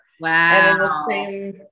Wow